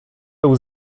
był